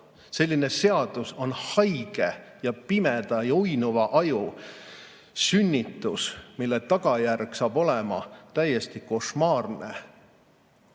Selline seadus on haige ja pimeda ja uinuva aju sünnitis, selle tagajärg saab olema täiesti košmaarne.